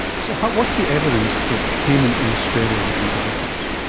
so what's the evidence that payment in australia would make a difference?